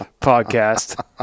podcast